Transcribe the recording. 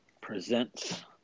presents